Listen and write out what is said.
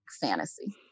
fantasy